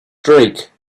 streak